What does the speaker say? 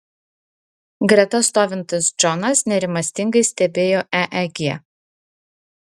greta stovintis džonas nerimastingai stebėjo eeg